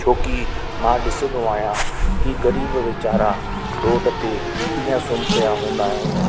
छोकी मां ॾिसंदो आहियां की ग़रीब वीचारा रोड ते कीअं सुम्ही पया हूंदा आहिनि